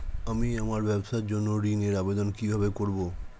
আমি আমার ব্যবসার জন্য ঋণ এর আবেদন কিভাবে করব?